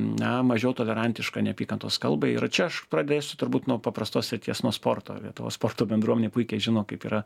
na mažiau tolerantiška neapykantos kalbai ir čia aš pradėsiu turbūt nuo paprastos srities nuo sporto lietuvos sporto bendruomenė puikiai žino kaip yra